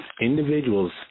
individuals